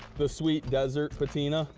the sweet desert patina.